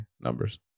numbers